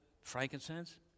frankincense